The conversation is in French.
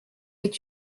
est